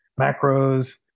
macros